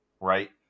Right